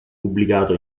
pubblicato